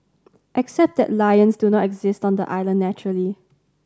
except that lions do not exist on the island naturally